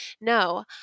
No